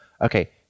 okay